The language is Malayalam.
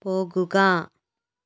പോകുക